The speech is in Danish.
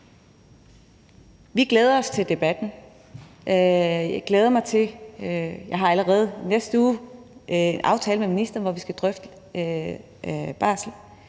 Vi glæder os til debatten. Jeg har allerede i næste uge en aftale med ministeren, hvor vi skal drøfte barsel.